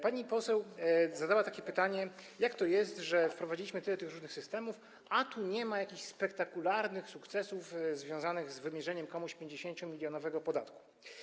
Pani poseł zadała pytanie, jak to jest, że wprowadziliśmy tyle różnych systemów, a nie ma jakichś spektakularnych sukcesów związanych z wymierzeniem komuś 50-milionowego podatku.